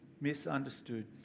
misunderstood